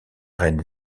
reine